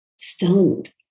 stunned